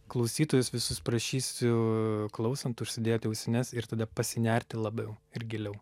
klausytojus visus prašysiu klausant užsidėti ausines ir tada pasinerti labiau ir giliau